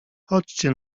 chodźcie